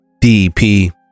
DP